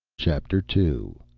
chapter two